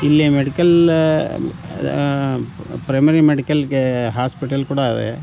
ಇಲ್ಲಿ ಮೆಡಿಕಲ್ಲ ಪ್ರೈಮರಿ ಮೆಡಿಕಲ್ಗೆ ಹಾಸ್ಪಿಟಲ್ ಕೂಡ ಇವೆ